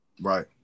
Right